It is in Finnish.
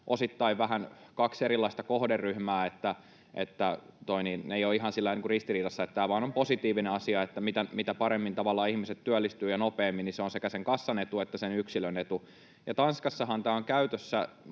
osittain vähän kaksi erilaista kohderyhmää. Ne eivät ole ihan ristiriidassa. Eli tämä vaan on positiivinen asia, että tavallaan mitä paremmin ja nopeammin ihmiset työllistyvät, niin se on sekä sen kassan etu että sen yksilön etu. Tanskassahan tämä on käytössä,